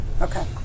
Okay